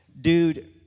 dude